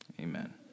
Amen